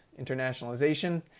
internationalization